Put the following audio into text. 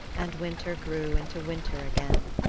and winter grew into winter again.